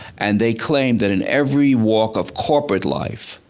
and they claimed that in every walk of corporate life,